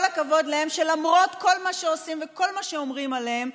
כל הכבוד להם שלמרות שכל מה שעושים וכל מה שאומרים עליהם הם